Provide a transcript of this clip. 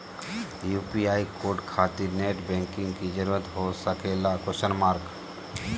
UPI code खातिर net banking की जरूरत हो सके ला?